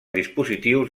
dispositius